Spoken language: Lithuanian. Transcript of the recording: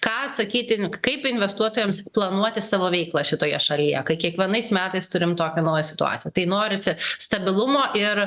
ką atsakyti kaip investuotojams planuoti savo veiklą šitoje šalyje kai kiekvienais metais turim tokią naują situaciją tai norisi stabilumo ir